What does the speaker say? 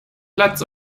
platz